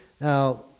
Now